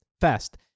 fast